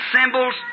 symbols